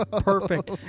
Perfect